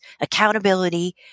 accountability